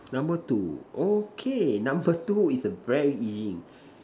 number two okay number two is a very easy